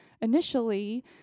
initially